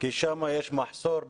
כי שם יש מחסור במורים,